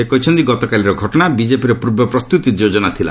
ସେ କହିଛନ୍ତି ଗତକାଲିର ଘଟଣା ବିଜେପିର ପୂର୍ବ ପ୍ରସ୍ତୁତି ଯୋଜନା ଥିଲା